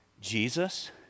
Jesus